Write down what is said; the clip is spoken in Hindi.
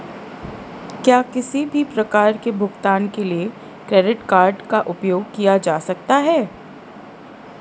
क्या किसी भी प्रकार के भुगतान के लिए क्रेडिट कार्ड का उपयोग किया जा सकता है?